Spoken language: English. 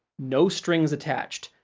no strings attached,